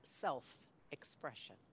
self-expression